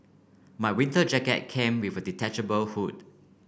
my winter jacket came with a detachable hood